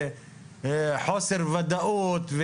וחוסר ודאות,